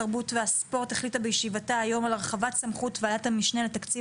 התרבות והספורט החליטה בישיבתה היום על הרחבת סמכות ועדת המשנה לתקציב